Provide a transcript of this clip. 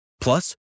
Plus